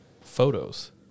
photos